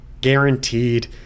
guaranteed